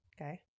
Okay